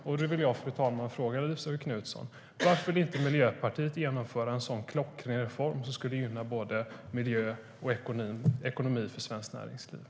Jag vill fråga Elisabet Knutsson, fru talman: Varför vill inte Miljöpartiet genomföra en sådan klockren reform, som skulle gynna både miljö och ekonomi för svenskt näringsliv?